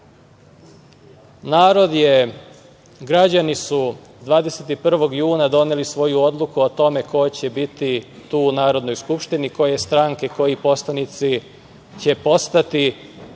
Građani su 21. juna doneli svoju odluku o tome ko će biti u Narodnoj skupštini, koje stranke, koji poslanici će postati